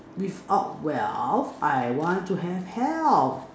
without wealth I want to have health